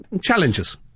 challenges